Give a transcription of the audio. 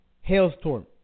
Hailstorm